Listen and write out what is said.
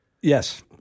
Yes